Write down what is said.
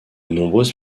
nombreuses